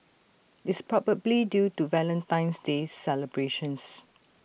it's probably due to Valentine's day celebrations